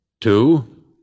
Two